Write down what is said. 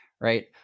right